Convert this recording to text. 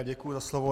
Děkuji za slovo.